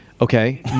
Okay